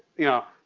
you know,